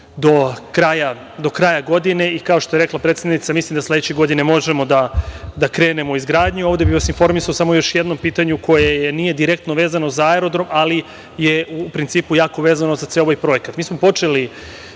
do kraja godine i kao što je rekla predsednica, mislim da sledeće godine možemo da krenemo u izgradnju. Ovde bih vas informisao samo još o jednom pitanju koje nije direktno vezano za aerodrom, ali je u principu jako vezano za ceo ovaj projekat. Mi smo počeli